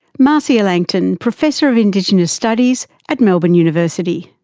marcia langton, professor of indigenous studies at melbourne university.